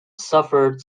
suffered